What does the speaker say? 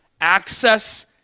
access